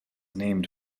named